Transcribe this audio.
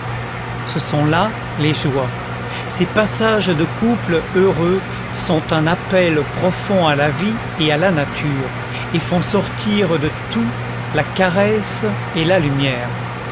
ce sont là les joies ces passages de couples heureux sont un appel profond à la vie et à la nature et font sortir de tout la caresse et la lumière